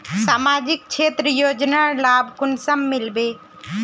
सामाजिक क्षेत्र योजनार लाभ कुंसम मिलबे?